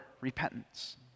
repentance